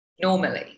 normally